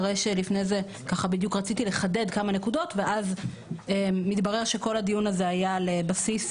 בדיוק רציתי לחדד כמה נקודות ואז מתברר שכל הדיון הזה היה על בסיס